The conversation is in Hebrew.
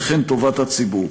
וכן טובת הציבור.